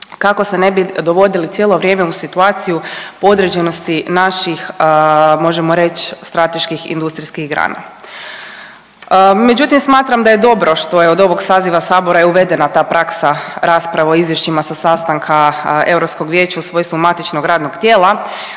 kako se ne bi dovodili cijelo vrijeme u situaciju podređenosti naših možemo reć strateških industrijskih grana. Međutim smatram da je dobro što je od ovog saziva sabora je uvedena ta praksa rasprave o izvješćima sa sastanka Europskog vijeća u svojstvu Matičnog radnog tijela